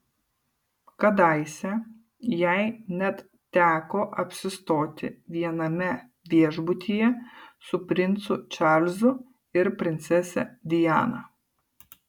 kadaise jai net teko apsistoti viename viešbutyje su princu čarlzu ir princese diana